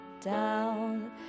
down